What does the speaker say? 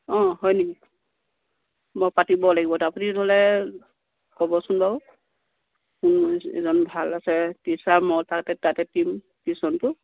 অ হয় নেকি মই পাতিব লাগিব আপুনি নহ'লে ক'বচোন বাৰু যিজন ভাল আছে টিচাৰ মই তাতে দিম টিউশ্যনটো